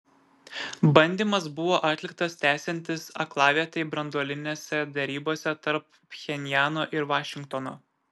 bandymas buvo atliktas tęsiantis aklavietei branduolinėse derybose tarp pchenjano ir vašingtono